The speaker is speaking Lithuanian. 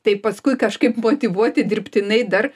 tai paskui kažkaip motyvuoti dirbtinai dar